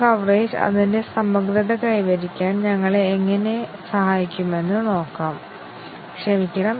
ഇത് ഫാൾസ് ആയി മാറുകയും ഇവ രണ്ടും ട്രൂ ആണെന്ന് സജ്ജമാക്കുകയും ചെയ്യുന്നു